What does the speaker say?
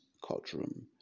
courtroom